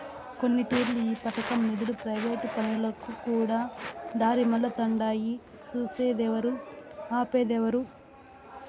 కొన్నితూర్లు ఈ పదకం నిదులు ప్రైవేటు పనులకుకూడా దారిమల్లతుండాయి సూసేదేవరు, ఆపేదేవరు